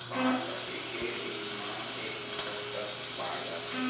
बांस ह एके दिन म एक मीटर तक बाड़ जाथे